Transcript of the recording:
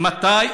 מתי